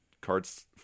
cards